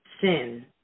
sin